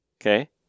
Okay